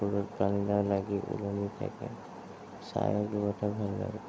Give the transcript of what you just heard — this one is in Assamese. পানী লাও লাগি ওলমি থাকে চাই বহুতে ভাল লাগে